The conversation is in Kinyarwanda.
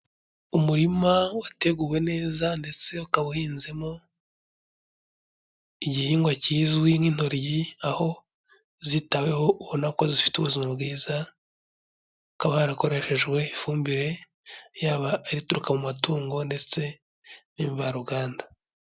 Umurima wateguwe neza ndetse ukaba uhinzemo igihingwa kizwi nk'intoryi, aho zitaweho ubona ko zifite ubuzima bwiza, hakaba harakoreshejwe ifumbire yaba ari ituruka mu matungo ndetse n'imvaruganda.